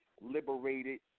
liberated